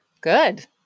good